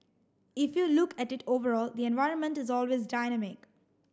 if you look at it overall the environment is always dynamic